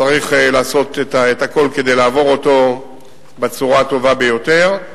צריך לעשות את הכול כדי לעבור אותו בצורה הטובה ביותר.